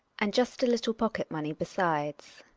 and just a little pocket money besides.